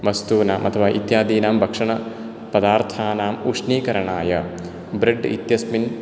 वस्तूनाम् अथवा इत्यादीनां भक्षणपदार्थानाम् उष्णीकरणाय ब्रेड् इत्यस्मिन्